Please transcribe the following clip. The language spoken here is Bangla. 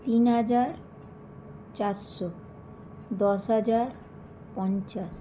তিন হাজার চারশো দশ হাজার পঞ্চাশ